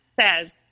says